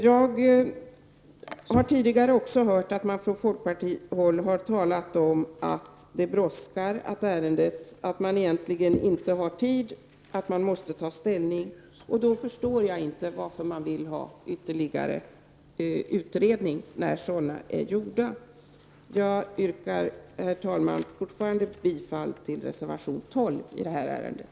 Jag har tidigare hört att man från folkpartihåll talat om att det brådskar, att vi egentligen inte har tid att vänta och att vi måste ta ställning nu. Då förstår jag inte varför man vill ytterligare utreda frågan, när utredningar redan är gjorda. Jag yrkar än en gång bifall till reservation 12 i det här ärendet.